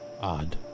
odd